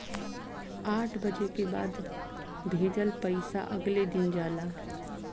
आठ बजे के बाद भेजल पइसा अगले दिन जाला